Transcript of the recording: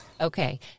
Okay